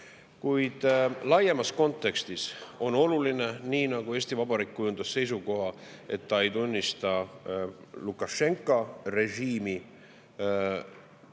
Kuid laiemas kontekstis on oluline, nii nagu Eesti Vabariik kujundas seisukoha, et ta ei tunnista Lukašenka režiimi, valimiste